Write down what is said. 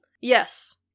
Yes